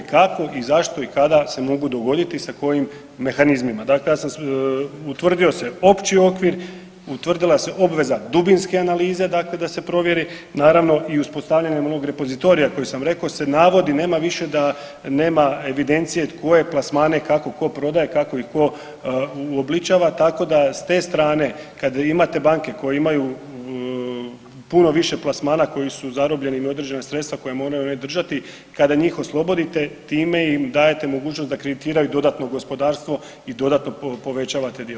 Kako i zašto i kada se mogu dogoditi i sa kojim mehanizmima, dakle ja sam, utvrdio se opći okvir, utvrdila se obveza dubinske analize, dakle da se provjeri, naravno i uspostavljanjem onog repozitorija koji sam rekao, se navodi, nema više da nema evidencije koje plasmane, kako tko prodaje, kako ih tko uobličava, tako da s te strane kad imate banke koje imaju puno više plasmana koji su zarobljeni, imaju određena sredstva koja moraju one držati, kada njih oslobodite, time im dajete mogućnost da kreditiraju dodatno gospodarstvo i dodatno povećavate dio.